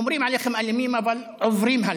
אומרים עליכם "אלימים", אבל עוברים הלאה,